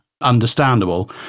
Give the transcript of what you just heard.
understandable